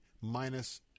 minus